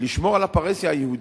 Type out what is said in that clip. לשמור על הפרהסיה היהודית.